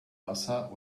wasser